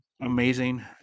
amazing